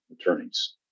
attorneys